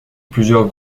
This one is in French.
plusieurs